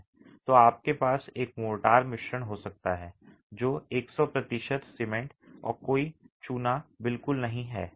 तो आपके पास एक मोर्टार मिश्रण हो सकता है जो 100 प्रतिशत सीमेंट और कोई चूना बिल्कुल नहीं है